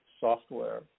software